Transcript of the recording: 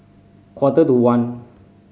quarter to one